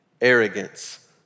arrogance